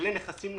לנכסים נוספים.